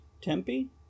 Tempe